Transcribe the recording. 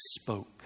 spoke